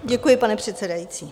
Děkuji, pane předsedající.